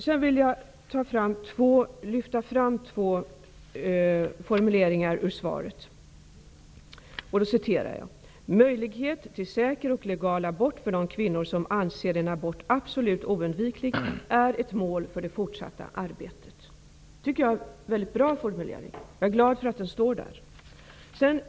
Sedan vill jag lyfta fram två formuleringar ur svaret. ''Möjlighet till säker och legal abort för de kvinnor som anser en abort absolut oundviklig är ett mål för det fortsatta arbetet.'' Det är en väldigt bra formulering. Jag är glad för att den står där.